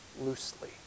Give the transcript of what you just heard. loosely